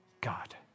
God